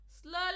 Slowly